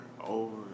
over